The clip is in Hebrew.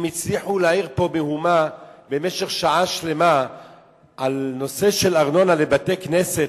אם הצליחו להעיר פה מהומה במשך שעה שלמה על נושא של ארנונה לבתי-כנסת,